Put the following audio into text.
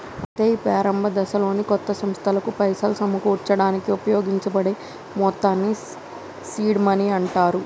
అయితే ఈ ప్రారంభ దశలోనే కొత్త సంస్థలకు పైసలు సమకూర్చడానికి ఉపయోగించబడే మొత్తాన్ని సీడ్ మనీ అంటారు